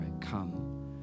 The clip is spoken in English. come